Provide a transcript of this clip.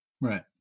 Right